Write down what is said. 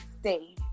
stay